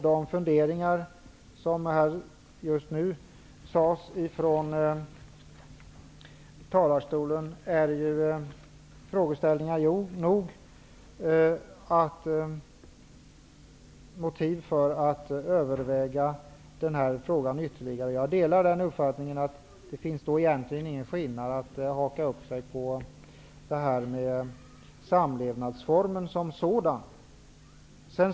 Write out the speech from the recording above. De synpunkter som Kent Carlsson framförde liksom hans funderingar är skäl nog för att överväga denna fråga ytterligare. Jag delar uppfattningen att det inte finns någon anledning att haka upp sig på samlevnadsformen som sådan.